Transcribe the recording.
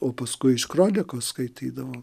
o paskui iš kronikos skaitydavo